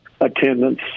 Attendance